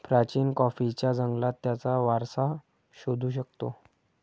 प्राचीन कॉफीच्या जंगलात त्याचा वारसा शोधू शकतो